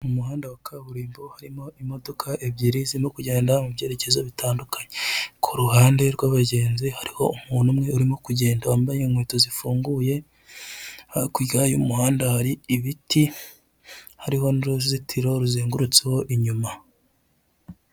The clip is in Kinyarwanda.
Umuhanda wa kaburimbo harimo imodoka ebyiri ziri no kugenda mu byerekezo bitandukanye. Ku ruhande rw'abagenzi hariho umuntu umwe urimo kugenda wambaye inkweto zifunguye, hakurya y'umuhanda hari ibiti hariho n'uruzitiro ruzengurutseho inyuma.